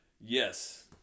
Yes